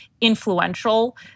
influential